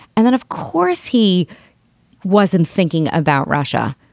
and then, of course, he wasn't thinking about russia.